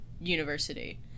University